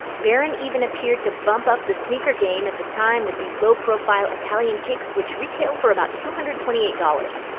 barron even appeared to bump up the sneaker game at the time with these low profile italian kicks which retail for about two hundred and twenty eight dollars.